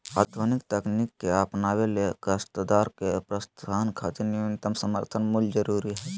आधुनिक तकनीक के अपनावे ले काश्तकार प्रोत्साहन खातिर न्यूनतम समर्थन मूल्य जरूरी हई